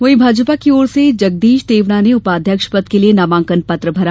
वहीं भाजपा की ओर से जगदीश देवड़ा ने उपाध्यक्ष पद के लिए नामांकन पत्र भरा